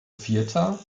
vierter